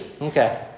Okay